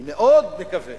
אני מאוד מקווה